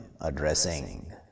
addressing